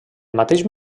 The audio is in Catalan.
mateix